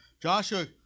Joshua